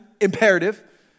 imperative